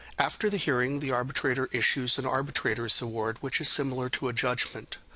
after the hearing, the arbitrator issues an arbitrator's award, which is similar to a judgment.